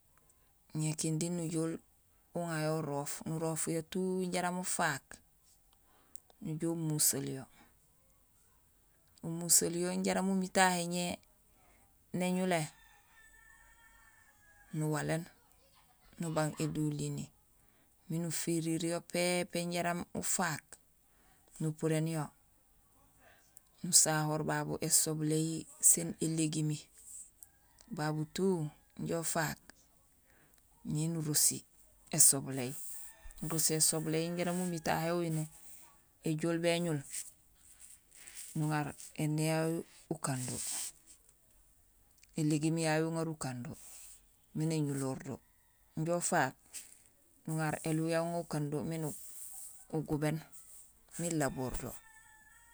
Ñé kinding nujool uŋayo uroof, nurofyo tout jaraam ufaak, nujoow umuseel yo. Numuseel jaraam umiir tahé ñé néñumé, nuwaléén nubang édulini miin ufiriir yo pépé jaraam ufaak nupuréén yo, nusahoor babu ésobuléhi sén élégimi babu tout jon ufaak ñé nurosi ésoboléhi. Nurisi ésobuléhi jaraam umiir tahé uyu néjool béñul, nuŋaar indé yayu ukando, élégiim yayu ukando miin éñuloor do, injo ufaak nuŋaar élihu yayu uŋaar ukando miin ugubéén miin laboor do